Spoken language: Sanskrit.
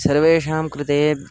सर्वेषां कृते